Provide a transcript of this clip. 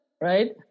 right